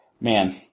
man –